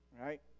right